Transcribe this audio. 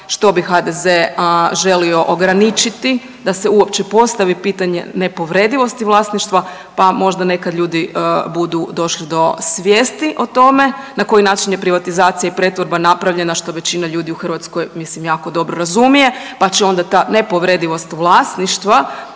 što bi HDZ želio ograničiti da se uopće postavi pitanje nepovredivosti vlasništva, pa možda nekad ljudi budu došli do svijesti o tome na koji način je privatizacija i pretvorba napravljena, što većina ljudi u Hrvatskoj mislim jako dobro razumije, pa će onda ta nepovredivost vlasništva